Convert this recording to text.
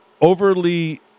overly